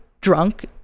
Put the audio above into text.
drunk